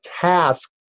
task